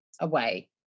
Away